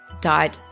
died